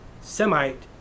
Semite